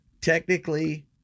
technically